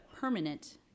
permanent